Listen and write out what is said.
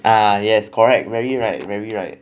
ah yes correct very right very right